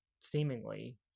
Seemingly